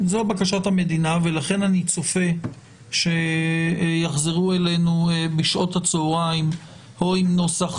ולכן אני צופה שיחזרו אלינו בשעות הצהריים או עם נוסח